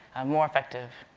more effective.